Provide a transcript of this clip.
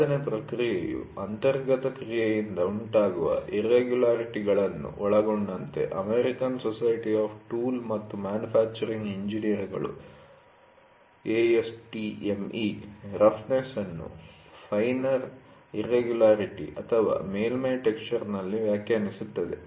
ಉತ್ಪಾದನಾ ಪ್ರಕ್ರಿಯೆಯ ಅಂತರ್ಗತ ಕ್ರಿಯೆಯಿಂದ ಉಂಟಾಗುವ ಇರ್ರೆಗುಲರಿಟಿ'ಗಳನ್ನು ಒಳಗೊಂಡಂತೆ ಅಮೆರಿಕನ್ ಸೊಸೈಟಿ ಆಫ್ ಟೂಲ್ ಮತ್ತು ಮ್ಯಾನ್ಯುಫ್ಯಾಕ್ಚರಿಂಗ್ ಎಂಜಿನಿಯರ್ಗಳು ರಫ್ನೆಸ್ ಅನ್ನು ಫೈನರ್ ಇರ್ರೆಗುಲರಿಟಿ ಅಥವಾ ಮೇಲ್ಮೈ ಟೆಕ್ಸ್ಚರ್'ನಲ್ಲಿ ವ್ಯಾಖ್ಯಾನಿಸುತ್ತದೆ